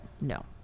no